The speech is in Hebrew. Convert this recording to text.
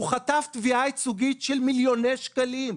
הוא חטף תביעה ייצוגית של מיליוני שקלים.